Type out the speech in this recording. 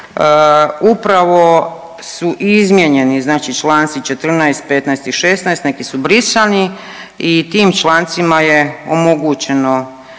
Upravo su izmijenjeni znači čl. 14., 15. i 16., neki su brisani i tim člancima je omogućeno